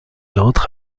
entre